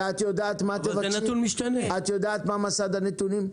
ואת יודעת מה מסד הנתונים?